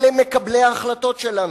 אלה מקבלי ההחלטות שלנו.